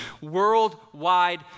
worldwide